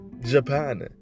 Japan